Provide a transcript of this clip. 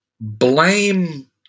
blame